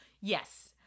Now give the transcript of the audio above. yes